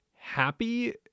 happy